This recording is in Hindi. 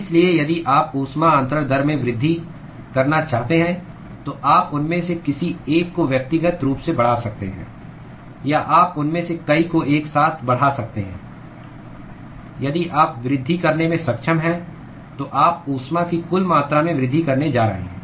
इसलिए यदि आप ऊष्मा अन्तरण दर में वृद्धि करना चाहते हैं तो आप उनमें से किसी एक को व्यक्तिगत रूप से बढ़ा सकते हैं या आप उनमें से कई को एक साथ बढ़ा सकते हैं यदि आप वृद्धि करने में सक्षम हैं तो आप ऊष्मा की कुल मात्रा में वृद्धि करने जा रहे हैं